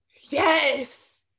Yes